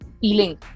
feeling